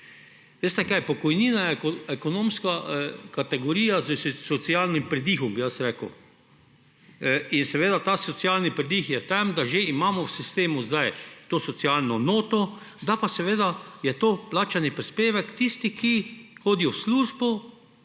amandmaje. Pokojnina je ekonomska kategorija s socialnim pridihom, bi jaz rekel. In ta socialni pridih je v tem, da že imamo v sistemu sedaj to socialno noto, da pa je to vplačani prispevek tistih, ki hodijo v službo